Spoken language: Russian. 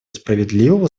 справедливого